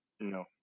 No